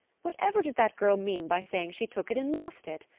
whatever did that girl mean by saying she took it and lost it?